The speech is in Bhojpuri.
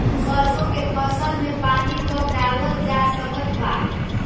सरसों के फसल में पानी कब डालल जा सकत बा?